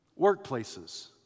workplaces